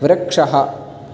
वृक्षः